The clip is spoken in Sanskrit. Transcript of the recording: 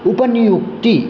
उपनियुक्ति